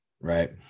Right